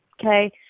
okay